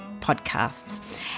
podcasts